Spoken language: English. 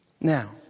Now